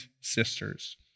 sisters